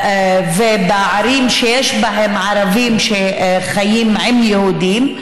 ובערים שיש בהן ערבים שחיים עם יהודים,